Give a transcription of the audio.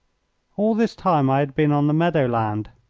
all this time i had been on the meadow-land,